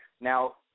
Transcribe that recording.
Now